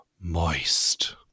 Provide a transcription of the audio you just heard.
Moist